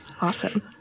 Awesome